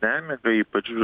nemiga ypač